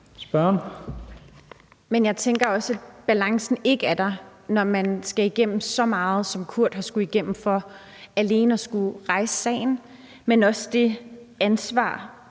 (EL): Men jeg tænker også, at balancen ikke er der, når man skal igennem så meget, som Kurt har skullet igennem, for alene at skulle rejse sagen, men også på det ansvar